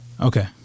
Okay